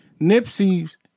Nipsey's